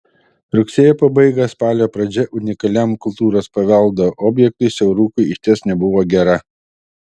rugsėjo pabaiga spalio pradžia unikaliam kultūros paveldo objektui siaurukui išties nebuvo gera